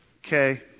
Okay